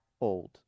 old